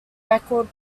record